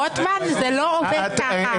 רוטמן, זה לא עובד ככה.